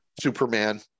Superman